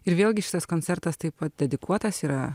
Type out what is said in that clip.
ir vėlgi šitas koncertas taip pat dedikuotas yra